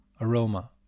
aroma